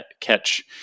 catch